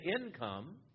income